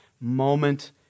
moment